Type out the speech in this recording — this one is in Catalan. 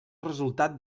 resultat